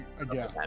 again